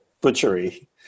butchery